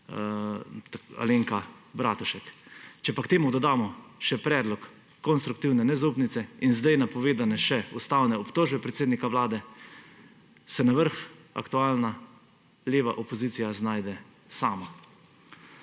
Alenka Bratušek. Če pa k temu dodamo še predlog konstruktivne nezaupnice in zdaj napovedane še ustavne obtožbe predsednika vlade, se na vrh aktualna leva opozicija znajde sama.